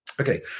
Okay